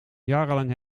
jarenlang